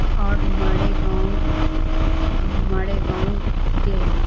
اور ہمارے گاؤں ہمارے گاؤں کے